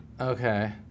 Okay